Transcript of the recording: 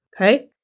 Okay